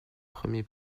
premier